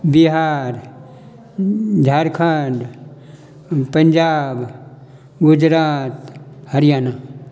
Bihar Jharkhand Punjab Gujarat Haryana